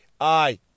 Aye